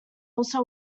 also